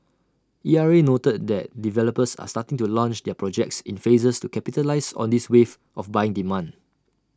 E R A noted that developers are starting to launch their projects in phases to capitalise on this wave of buying demand